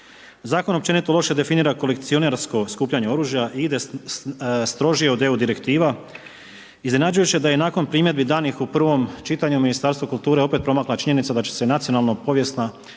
Zakon općenito loše definira kolekcionarsko skupljanje oružja i ide strožije od EU direktiva. Iznenađujuće je da je nakon primjedbi danih u prvom čitanju Ministarstvu kulture opet promakla činjenica da će se nacionalna, povijesna i